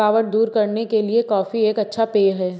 थकावट दूर करने के लिए कॉफी एक अच्छा पेय है